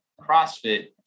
CrossFit